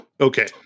Okay